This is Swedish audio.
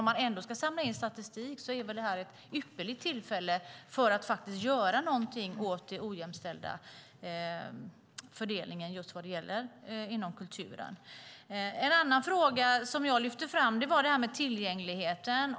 Om man ändå ska samla in statistik är väl detta ett ypperligt tillfälle att faktiskt göra någonting åt den ojämställda fördelningen inom kulturen. En annan fråga jag lyfte fram är tillgängligheten.